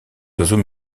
oiseaux